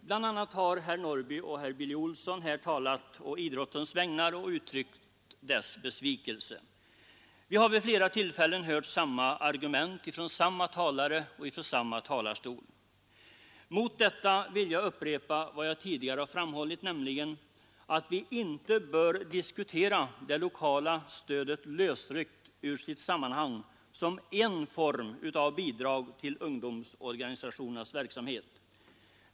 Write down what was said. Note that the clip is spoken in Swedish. Herrar Norrby i Gunnarskog och Olsson i Kil har här talat å idrottens vägnar och uttryckt dess besvikelse. Vi har vid flera tillfällen hört samma argument från samma talare och från samma talarstol. Mot detta vill jag upprepa vad jag tidigare framhållit, nämligen att vi inte bör diskutera det lokala stödet lösryckt ur sitt sammanhang som en form av bidrag till ungdomsorganisationernas verksamhet.